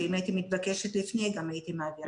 ואם הייתי מתקבלת לפני זה, גם הייתי מעבירה לפני.